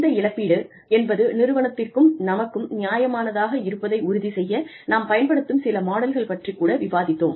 இந்த இழப்பீடு என்பது நிறுவனத்துக்கும் நமக்கும் நியாயமானதாக இருப்பதை உறுதி செய்ய நாம் பயன்படுத்தும் சில மாடல்கள் பற்றிக் கூட விவாதித்தோம்